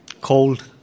cold